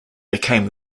became